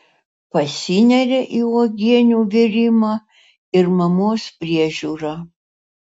pasineria į uogienių virimą ir mamos priežiūrą